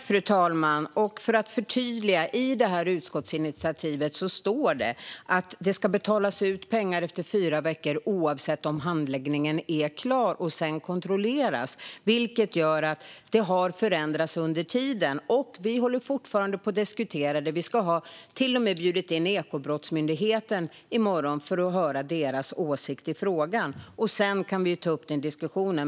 Fru talman! Jag förtydligar: I utskottsinitiativet står det att det ska betalas ut pengar efter fyra veckor oavsett om handläggningen är klar eller inte och att det sedan ska kontrolleras. Det har alltså förändrats under tiden, och vi håller fortfarande på och diskuterar det. Vi har till och med bjudit in Ekobrottsmyndigheten i morgon för att höra deras åsikt i frågan. Sedan kan vi ta upp den diskussionen.